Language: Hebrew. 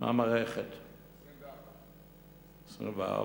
24%. 24,